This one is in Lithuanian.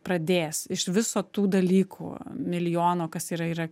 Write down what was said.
pradės iš viso tų dalykų milijono kas yra